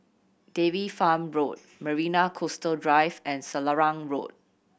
Dairy Farm Road Marina Coastal Drive and Selarang Road